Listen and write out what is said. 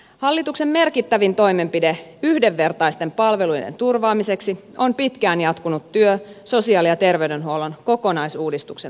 hallituksen merkittävin toimenpide yhdenvertaisten palveluiden turvaamiseksi on pitkään jatkunut työ sosiaali ja terveydenhuollon kokonaisuudistuksen aikaansaamiseksi